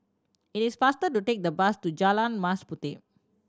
it is faster to take the bus to Jalan Mas Puteh